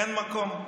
אין מקום.